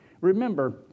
Remember